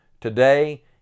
today